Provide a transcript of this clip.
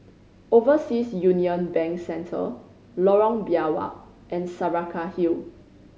Overseas Union Bank Centre Lorong Biawak and Saraca Hill